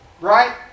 Right